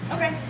Okay